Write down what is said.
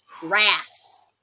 Grass